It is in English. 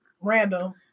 random